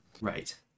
Right